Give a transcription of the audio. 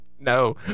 No